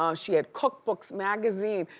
um she had cookbooks, magazine,